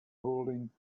holding